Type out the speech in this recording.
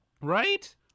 right